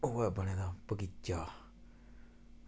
ओह् ऐ बने दा बगीचा